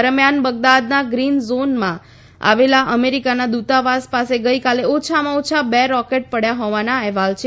દરમિયાન બગદાદના ગ્રીન ઝોનમાં આવેલા અમેરિકા દૂતાવાસ પાસે ગઈકાલે ઓછામાં ઓછા બે રોકેટ પડ્યા હોવાના અહેવાલ છે